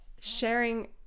sharing